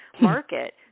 market